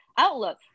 Outlook